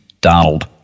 Donald